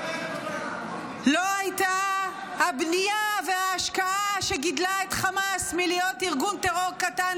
לא הייתה הבנייה וההשקעה שגידלה את חמאס מלהיות ארגון טרור קטן,